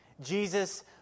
Jesus